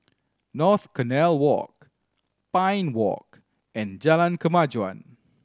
North Canal Walk Pine Walk and Jalan Kemajuan